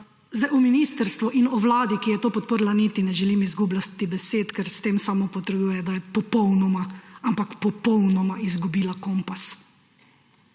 O ministrstvu in o vladi, ki je to podprla, niti ne želim izgubljati besed, ker s tem samo potrjuje, da je popolnoma, ampak popolnoma izgubila kompas.